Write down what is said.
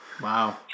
Wow